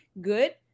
good